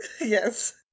Yes